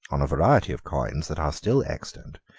on a variety of coins that are still extant,